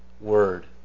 word